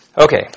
Okay